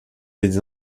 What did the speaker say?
des